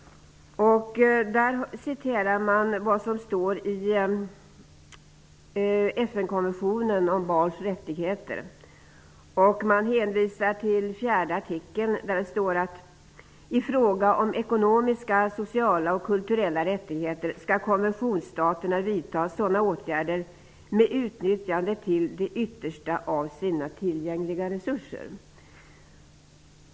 Där citerar man FN konventionen om barns rättigheter. Man hänvisar till 4:e artikeln, där det står: ''I fråga om ekonomiska, sociala och kulturella rättigheter skall konventionsstaterna vidta sådana åtgärder med utnyttjande till det yttersta av sina tillgängliga resurser --.''